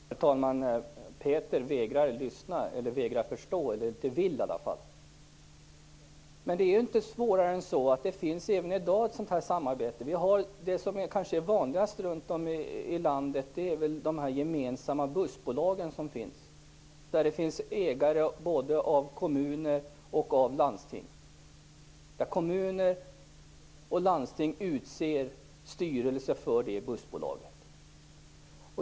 Herr talman! Peter Eriksson vägrar att lyssna och förstå. Men det är inte svårt att förstå. Ett sådant här samarbete finns redan i dag. Det som kanske är vanligast runt om i landet är de gemensamma bussbolagen, som ägs av både kommuner och landsting. Kommuner och landsting utser en styrelse för bussbolaget.